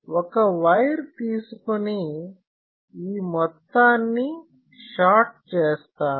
ఒక వైర్ తీసుకుని ఈ మొత్తాన్ని షార్ట్ చేసాను